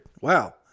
wow